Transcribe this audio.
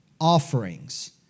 offerings